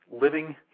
living